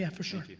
yeah for sure.